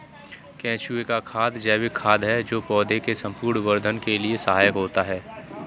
केंचुए का खाद जैविक खाद है जो पौधे के संपूर्ण वर्धन के लिए सहायक होता है